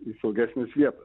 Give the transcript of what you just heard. į saugesnes vieta